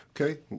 Okay